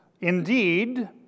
Indeed